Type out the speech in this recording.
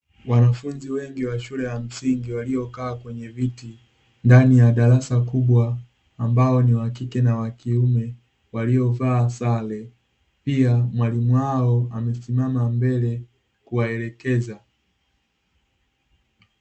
Wanafunzi wengi wa shule ya msingi waliokaa kwenye viti, ndani ya darasa kubwa ambao ni wa kike na wa kiume, waliovaa sare. Pia mwalimu wao amesimama mbele kuwaelekeza.